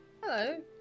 hello